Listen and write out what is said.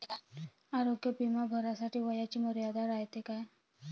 आरोग्य बिमा भरासाठी वयाची मर्यादा रायते काय?